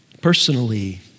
Personally